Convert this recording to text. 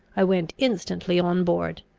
i went instantly on board,